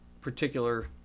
particular